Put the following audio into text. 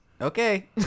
Okay